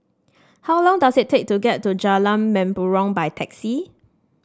how long does it take to get to Jalan Mempurong by taxi